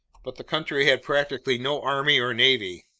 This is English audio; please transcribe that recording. but the country had practically no army or navy.